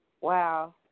Wow